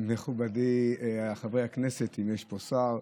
מכובדיי חברי הכנסת, אם יש פה שר,